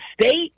state